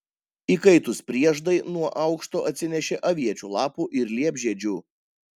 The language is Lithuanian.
įkaitus prieždai nuo aukšto atsinešė aviečių lapų ir liepžiedžių